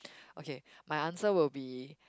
okay my answer will be